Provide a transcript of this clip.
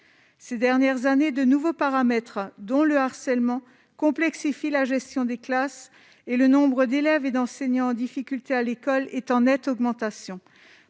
ces dernières années, de nouveaux paramètres dont le harcèlement complexifie la gestion des classes et le nombre d'élèves et d'enseignants en difficulté à l'école est en nette augmentation,